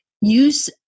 use